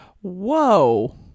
Whoa